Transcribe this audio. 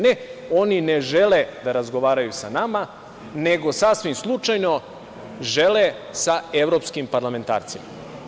Ne, oni ne žele da razgovaraju sa nama, nego sasvim slučajno žele sa evropskim parlamentarcima.